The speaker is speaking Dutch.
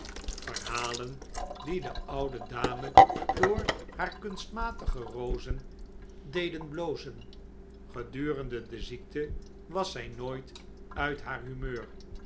verhalen die de oude dame door haar kunstrnatige rozen deden blozen gedurende de ziekte was zij nooit uit haar humeur